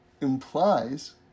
implies